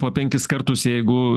po penkis kartus jeigu